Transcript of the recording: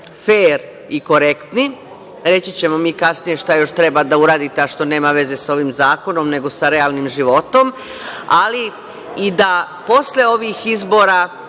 fer i korektni, reći ćemo mi kasnije šta još treba da uradite, a što nema veze sa ovim zakonom, nego sa realnim životom, ali i da posle ovih izbora